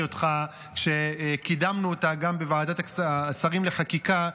אותך כשקידמנו אותה גם בוועדת שרים לחקיקה,